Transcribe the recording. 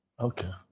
Okay